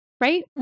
Right